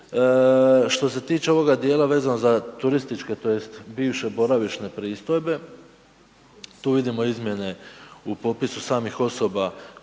Što se tiče ovoga dijela vezano za turističke tj. bivše boravišne pristojbe tu vidimo izmjene u popisu samih osoba